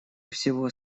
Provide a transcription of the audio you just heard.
всего